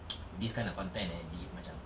this kind of content eh the macam